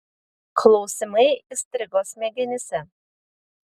klausimai įstrigo smegenyse